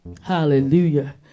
Hallelujah